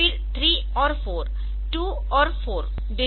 फिर 3 और 4 2 और 4 डिसजोइन्ट है